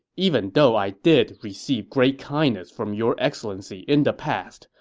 even though i did receive great kindness from your excellency in the past,